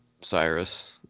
Cyrus